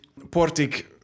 Portik